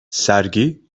sergi